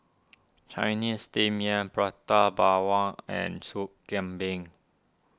Chinese Steamed Yam Prata Bawang and Soup Kambing